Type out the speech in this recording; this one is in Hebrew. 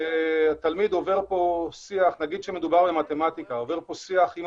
שהתלמיד עובר שיח עם המורה,